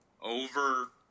Over